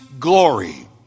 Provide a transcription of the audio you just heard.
glory